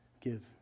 give